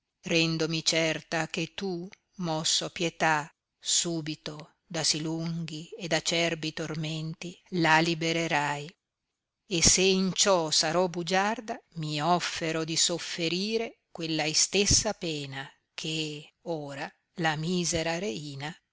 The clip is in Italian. rendomi certa clic tu mosso a pietà subito da si lunghi ed acerbi tormenti la libererai e se in ciò sarò bugiarda mi offero di sofferire quella istessa pena che ora la misera reina